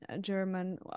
German